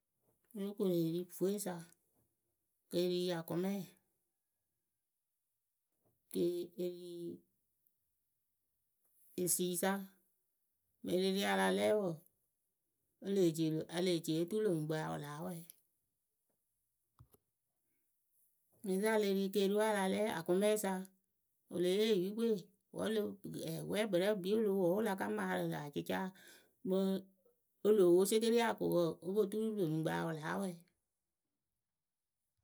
O lóo koru eri vwesa ke ri akʊmɛ ke eri esiisa mɨŋ e le ri a la lɛ wǝǝ e lee ci oturu lö nyuŋkpǝ ya wɨ láa wɛ mɨŋkɨsa le ri keeriwe a la lɛ akʊmɛsa wɨ le yee oyupǝ we wǝ wɛɛkpǝrɛ wɨ kpii o lo wo wǝ́ wɨ la ka maarɨ lä acɩcaa mɨŋ o loo wo sɩkɩria ko wǝǝ o po turu lö nyuŋkpǝ wɨ ya wɨ láa wɛ.